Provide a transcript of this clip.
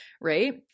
Right